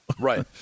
Right